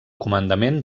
comandament